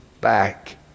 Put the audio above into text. back